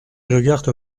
regarde